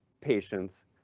patients